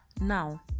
Now